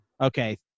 Okay